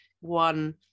one